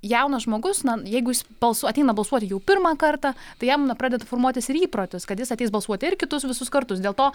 jaunas žmogus na jeigu jis balsuo ateina balsuoti jau pirmą kartą tai jam na pradeda formuotis ir įprotis kad jis ateis balsuoti ir kitus visus kartus dėl to